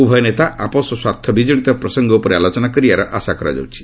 ଉଭୟ ନେତା ଆପୋଷ ସ୍ୱାର୍ଥ ବିଜଡ଼ିତ ପ୍ରସଙ୍ଗ ଉପରେ ଆଲୋଚନା କରିବାର ଆଶା କରାଯାଉଛି